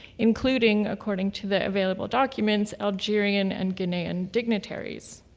including, according to the available documents, algerian and ghanaian dignitaries.